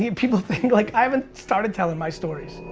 yeah people think, like i haven't started telling my stories.